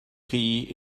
chi